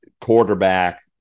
quarterback